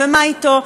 מה אתו?